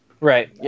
Right